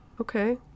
Okay